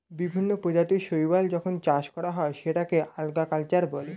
বিভিন্ন প্রজাতির শৈবাল যখন চাষ করা হয় সেটাকে আল্গা কালচার বলে